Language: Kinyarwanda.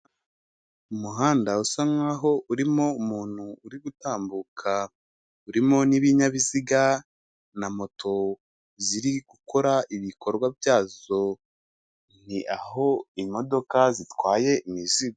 Umuhanda usa nkaho urimo umuntu uri gutambuka urimo n'ibinyabiziga na moto ziri gukora ibikorwa byazo ni aho imodoka zitwaye imizigo.